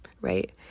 right